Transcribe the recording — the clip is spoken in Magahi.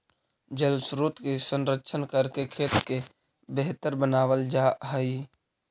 जलस्रोत के संरक्षण करके खेत के बेहतर बनावल जा हई